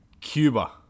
Cuba